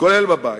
כולל בבית.